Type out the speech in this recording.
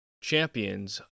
champions